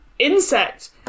Insect